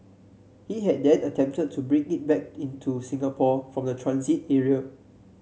he had then attempted to bring it back in to Singapore from the transit area